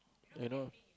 I know